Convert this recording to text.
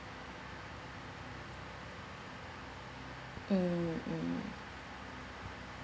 mm mm